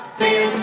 thin